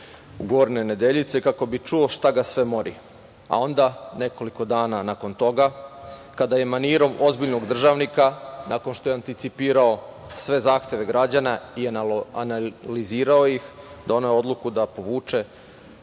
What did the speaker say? u Gornje Nedeljice kako bi čuo šta ga sve mori, a onda nekoliko dana nakon toga kada je manirom ozbiljnog državnika, nakon što je anticipirao sve zahteve građana i analizirao ih, doneo odluku da povuče